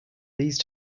these